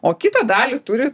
o kitą dalį turi